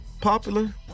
Popular